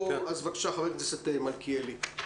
בבקשה, חבר הכנסת מלכיאלי.